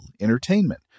entertainment